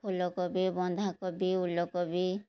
ଫୁଲକୋବି ବନ୍ଧାକୋବି ଓଲକୋବି